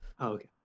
Okay